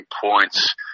points